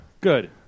Good